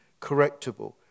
correctable